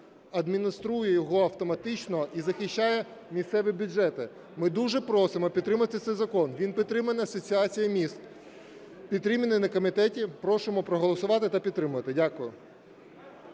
адмініструє його автоматично і захищає місцеві бюджети. Ми дуже просимо підтримати цей закон, він підтриманий Асоціацією міст, підтриманий на комітеті. Просимо проголосувати та підтримати.